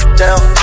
down